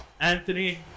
Anthony